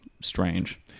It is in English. strange